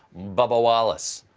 bubba wallace.